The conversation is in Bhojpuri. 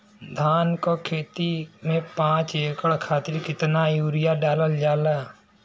धान क खेती में पांच एकड़ खातिर कितना यूरिया डालल जाला?